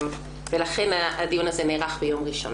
ולכן הדיון הזה נערך ביום ראשון.